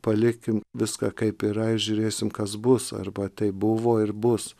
palikim viską kaip yra ir žiūrėsim kas bus arba taip buvo ir bus